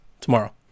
Tomorrow